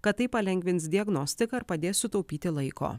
kad tai palengvins diagnostiką ir padės sutaupyti laiko